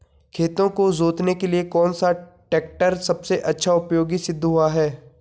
खेतों को जोतने के लिए कौन सा टैक्टर सबसे अच्छा उपयोगी सिद्ध हुआ है?